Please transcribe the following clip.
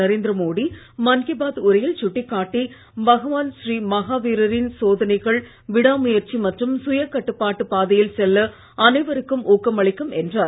நரேந்திர மோடி மன் கி பாத் உரையில் சுட்டிக் காட்டி பகவான் ஸ்ரீ மகாவீரரின் சோதனைகள் விடாழுயற்சி மற்றும் சுயக் கட்டுப்பாட்டு பாதையில் செல்ல அனைவருக்கும் ஊக்கம் அளிக்கும் என்றார்